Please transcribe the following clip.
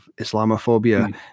Islamophobia